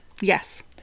Yes